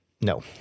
No